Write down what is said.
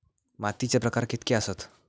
मातीचे प्रकार कितके आसत?